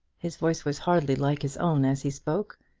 his voice was hardly like his own as he spoke.